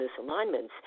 misalignments